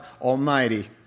Almighty